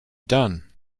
done